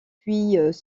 puis